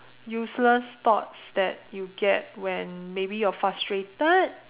useless thoughts that you get maybe when you're frustrated